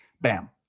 bam